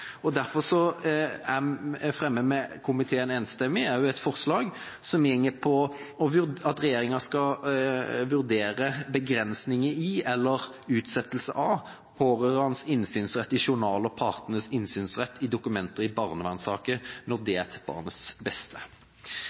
innsynsrett. Derfor fremmer en enstemmig komité også forslag som går på at regjeringa skal vurdere begrensninger i, eller utsettelse av, pårørendes innsynsrett i journal og partenes innsynsrett i dokumenter i barnevernssaker når det er til barnets beste.